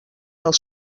els